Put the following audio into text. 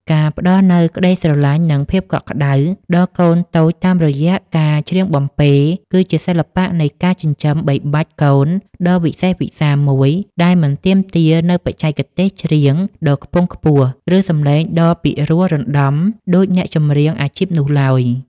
ការផ្ដល់នូវក្ដីស្រឡាញ់ និងភាពកក់ក្តៅដល់កូនតូចតាមរយៈការច្រៀងបំពេ គឺជាសិល្បៈនៃការចិញ្ចឹមបីបាច់កូនដ៏វិសេសវិសាលមួយដែលមិនទាមទារនូវបច្ចេកទេសច្រៀងដ៏ខ្ពង់ខ្ពស់ ឬសំឡេងដ៏ពីរោះរណ្ដំដូចអ្នកចម្រៀងអាជីពនោះឡើយ។